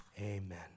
amen